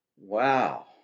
Wow